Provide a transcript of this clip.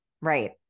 right